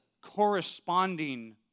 corresponding